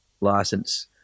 license